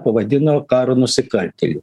pavadino karo nusikaltėliu